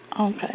Okay